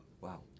Wow